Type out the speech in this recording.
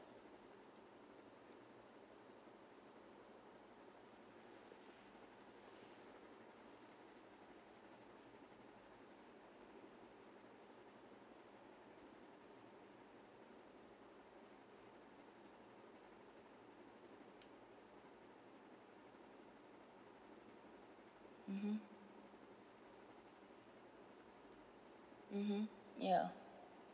mmhmm mmhmm ya